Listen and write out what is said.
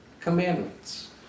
commandments